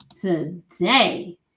today